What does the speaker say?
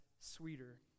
sweeter